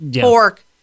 pork